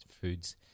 foods